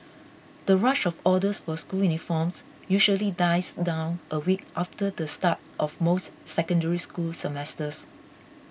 the rush of orders for school uniforms usually dies down a week after the start of most Secondary School semesters